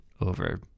over